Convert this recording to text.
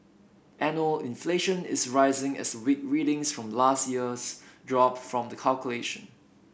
annual inflation is rising as weak readings from last years drop from the calculation